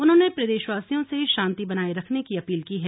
उन्होंने प्रदेशवासियों से शांति बनाए रखने की अपील की है